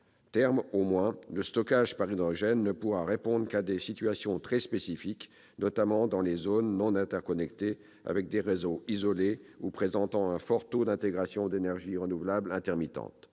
terme au moins, le stockage par hydrogène ne pourra répondre qu'à des situations très spécifiques, notamment dans les zones non interconnectées, avec des réseaux isolés ou présentant un fort taux d'intégration d'énergies renouvelables intermittentes.